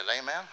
Amen